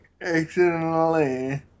accidentally